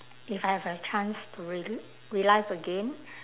if I have a chance to re~ relive again